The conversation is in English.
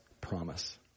promise